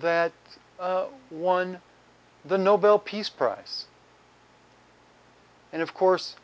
that won the nobel peace prize and of course